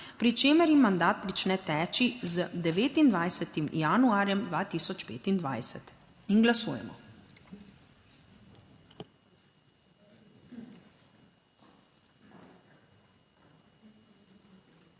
pri čemer jim mandat prične teči z 29. januarjem 2025. Glasujemo.